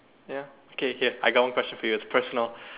ya okay okay I got one question for you it's personal